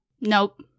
Nope